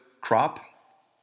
crop